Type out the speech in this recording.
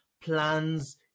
plans